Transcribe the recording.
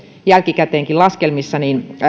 jälkikäteenkin laskelmissa